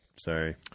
Sorry